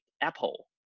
Apple